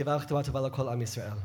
כתיבה וחתימה טובה לכל עם ישראל.